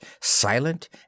silent